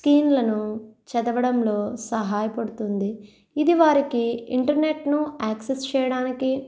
స్కీంలను చదవడంలో సహాయపడుతుంది ఇది వారికి ఇంటర్నెట్ను యాక్సిస్ చేయడానికి